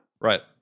right